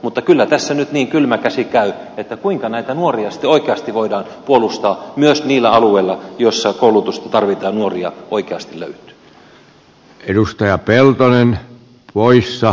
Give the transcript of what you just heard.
mutta kyllä tässä nyt niin kylmä käsi käy että kuinka näitä nuoria sitten oikeasti voidaan puolustaa myös niillä alueilla joilla koulutusta tarvitaan ja nuoria oikeasti löytyy